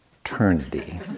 eternity